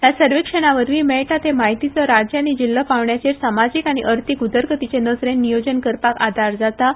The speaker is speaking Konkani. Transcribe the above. ह्या सर्वेक्षणावरवी मेळटा ते म्हायतीचो राज्य आनी जिल्लो पावंड्याचेर समाजीक आनी अर्थीक उदरगतीचे नजरेन नियोजन करपाक आदार जाता